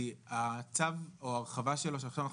כי הצו או ההרחבה שלו שעכשיו אנחנו